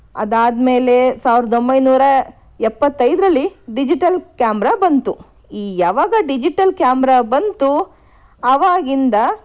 ಅದಾದ ಮೇಲೆ ಸಾವಿರದ ಒಂಬೈನೂರ ಎಪ್ಪತ್ತೈದರಲ್ಲಿ ಡಿಜಿಟಲ್ ಕ್ಯಾಮ್ರಾ ಬಂತು ಈ ಯಾವಾಗ ಡಿಜಿಟಲ್ ಕ್ಯಾಮ್ರಾ ಬಂತು ಆವಾಗಿಂದ